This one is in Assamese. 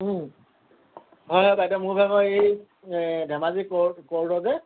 হয় হয় বাইদেউ মোৰ ভাগৰ এই ধেমাজি ক'ৰ্টৰ যে